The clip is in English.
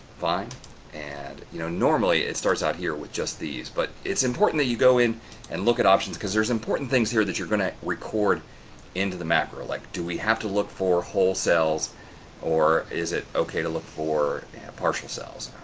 find and you know normally it starts out here with just these but it's important that you go in and look at options because there's important things here that you're going to record into the macro, like do we have to look for whole cells or is it okay to look for partial cells?